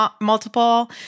multiple